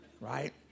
Right